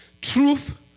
Truth